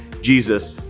Jesus